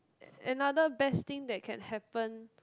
another best thing that can happen